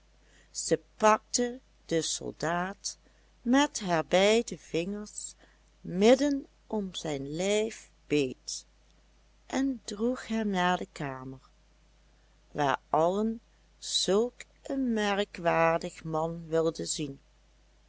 zij pakte den soldaat met haar beide vingers midden om zijn lijf beet en droeg hem naar de kamer waar allen zulk een merkwaardig man wilden zien